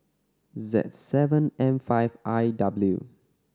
Z seven M five I W